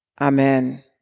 Amen